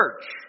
church